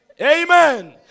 Amen